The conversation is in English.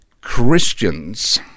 Christians